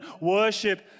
worship